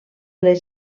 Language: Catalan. les